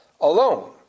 alone